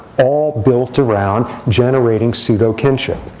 all built around generating pseudo kinship.